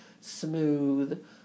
smooth